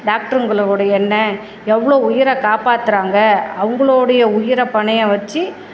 டாக்டருங்களோடைய என்ன எவ்வளோ உயிரை காப்பாற்றுறாங்க அவங்களோடைய உயிரை பணையம் வச்சு